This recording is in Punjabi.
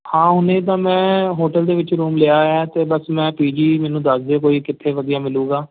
ਹਾਂ ਹੁਣ ਤਾਂ ਮੈਂ ਹੋਟਲ ਦੇ ਵਿੱਚ ਰੂਮ ਲਿਆ ਹੈ ਅਤੇ ਬਸ ਮੈਂ ਪੀ ਜੀ ਮੈਨੂੰ ਦੱਸ ਦੇ ਕੋਈ ਕਿੱਥੇ ਵਧੀਆ ਮਿਲੇਗਾ